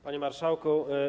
Panie Marszałku!